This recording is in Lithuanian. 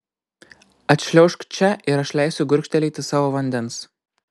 atšliaužk čia ir aš leisiu gurkštelėti savo vandens